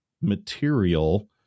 material